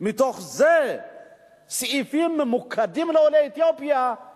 ומתוך זה סעיפים ממוקדים לעולי אתיופיה הם